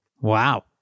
Wow